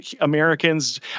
Americans